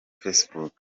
facebook